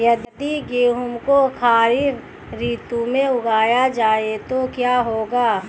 यदि गेहूँ को खरीफ ऋतु में उगाया जाए तो क्या होगा?